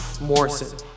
Morrison